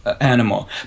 animal